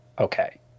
Okay